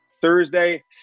thursday